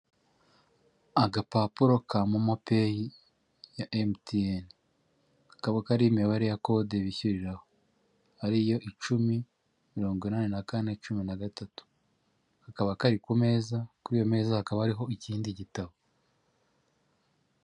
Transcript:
Agapapuro ka momo peyi ya MTN, kakaba kariho imibare ya kode bishyuriraho, ariyo icumi mirongo inani na kane cumi na gatatu, kakaba kari ku meza, kuri iyo meza hakaba ari ikindi gitabo.